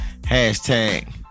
hashtag